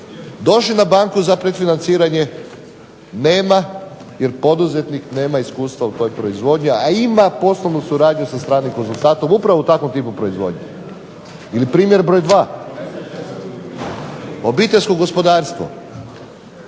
Došli na banku za predfinanciranje. Nema, jer poduzetnik nema iskustva u toj proizvodnji, a ima poslovnu suradnju sa stranim konzultantom upravo u takvom tipu proizvodnje. Ili primjer broj dva. Obiteljsko gospodarstvo.